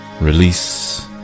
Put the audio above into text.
Release